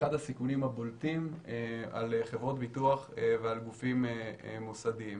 כאחד הסיכונים הבולטים על חברות ביטוח ועל גופים מוסדיים.